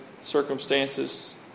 circumstances